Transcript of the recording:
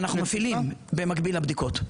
אנחנו מפעילים במקביל לבדיקות.